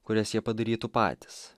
kurias jie padarytų patys